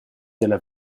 della